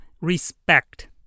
respect